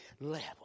level